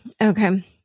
Okay